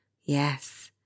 Yes